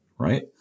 Right